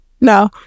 No